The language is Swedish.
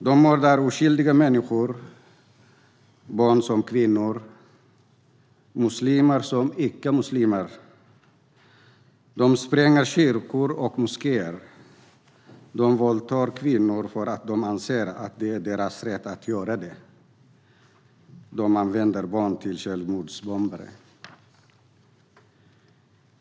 De mördar oskyldiga människor - barn som kvinnor, muslimer som icke-muslimer. De spränger kyrkor och moskéer. De våldtar kvinnor för att de anser att det är deras rätt att göra det. De använder barn som självmordsbombare.